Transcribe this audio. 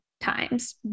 times